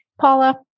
Paula